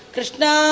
Krishna